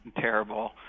terrible